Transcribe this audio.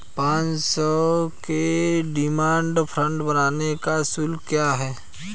पाँच सौ के डिमांड ड्राफ्ट बनाने का शुल्क क्या है?